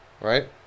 right